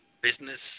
business